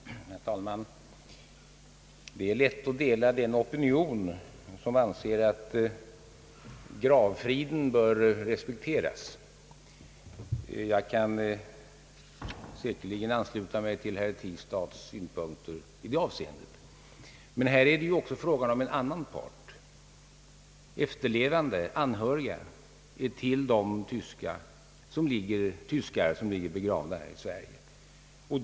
Herr talman! Det är lätt att förstå den opinion som anser att gravfriden bör respekteras. Jag kan säkerligen ansluta mig till herr Tistads synpunkter i detta avseende, men här är också fråga om en annan part, nämligen efterlevande anhöriga till de tyskar som är begravda i Sverige.